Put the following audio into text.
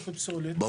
רבה.